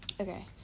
Okay